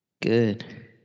Good